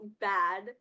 bad